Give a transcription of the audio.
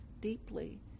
deeply